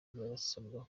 barasabwa